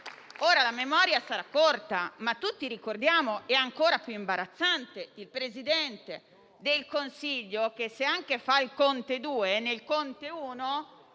corta. La memoria sarà corta, ma tutti ricordiamo - e ciò è ancora più imbarazzante - il Presidente del Consiglio che, se anche fa il Conte due, nel Conte uno